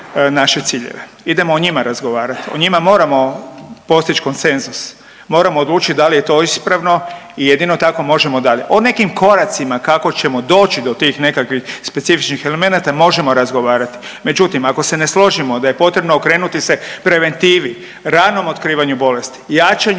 naše ciljeve. Idemo o njima o razgovarati. O njima moramo postići konsenzus. Moramo odlučiti da li je to ispravno i jedino tako možemo dalje. O nekim koracima kako ćemo doći do tih nekakvih specifičnih elemenata možemo razgovarati. Međutim, ako se ne složimo da je potrebno okrenuti se preventivi, ranom otkrivanju bolesti, jačanju